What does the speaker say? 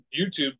YouTube